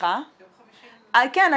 -- יום חמישי --- כן,